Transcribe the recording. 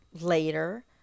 later